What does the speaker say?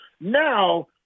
Now